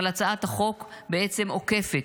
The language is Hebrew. אבל הצעת החוק בעצם עוקפת,